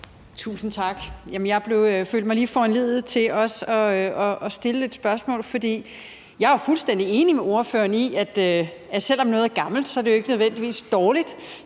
Tusind tak. Jeg følte mig lige foranlediget til at stille et spørgsmål. Jeg er fuldstændig enig med ordføreren i, at selv om noget er gammelt, er det jo ikke nødvendigvis dårligt;